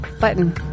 Button